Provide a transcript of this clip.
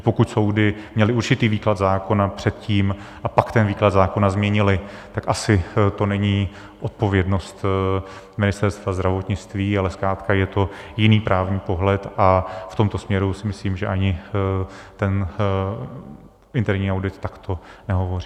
Pokud soudy měly určitý výklad zákona předtím a pak ten výklad zákona změnily, tak asi to není odpovědnost Ministerstva zdravotnictví, ale zkrátka je to jiný právní pohled, a v tomto směru si myslím, že ani ten interní audit takto nehovoří.